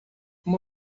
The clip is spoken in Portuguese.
uma